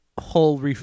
whole